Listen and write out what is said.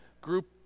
group